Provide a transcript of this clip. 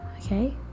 okay